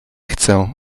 chcę